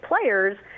players